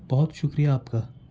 بہت شکریہ آپ کا